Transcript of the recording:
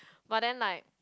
but then like